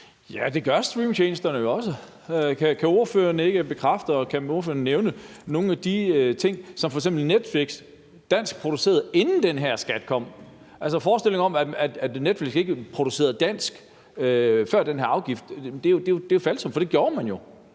Ja, og det gør streamingtjenesterne jo også. Kan ordføreren ikke bekræfte det? Og kan ordføreren nævne nogle af de ting, som f.eks. Netflix danskproducerede, inden den her skat kom? Forestillingen om, at Netflix ikke producerede dansk før den her afgift, er jo et falsum, for det gjorde man.